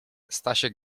stasiek